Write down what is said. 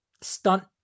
stunt